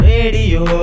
Radio